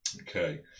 okay